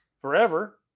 forever